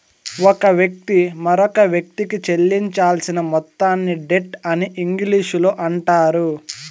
ఒక వ్యక్తి మరొకవ్యక్తికి చెల్లించాల్సిన మొత్తాన్ని డెట్ అని ఇంగ్లీషులో అంటారు